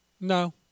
No